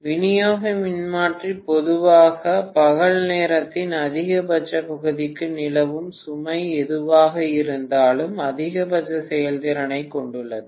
விநியோக மின்மாற்றி பொதுவாக பகல்நேரத்தின் அதிகபட்ச பகுதிக்கு நிலவும் சுமை எதுவாக இருந்தாலும் அதிகபட்ச செயல்திறனைக் கொண்டுள்ளது